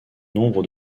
nombre